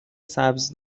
سبز